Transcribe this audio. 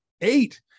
Eight